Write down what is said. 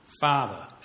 Father